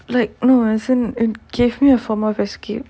like no as an and gave me a form of escape